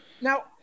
Now